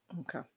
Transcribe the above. Okay